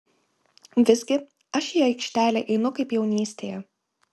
visgi aš į aikštelę einu kaip jaunystėje